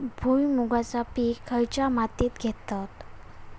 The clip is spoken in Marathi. भुईमुगाचा पीक खयच्या मातीत घेतत?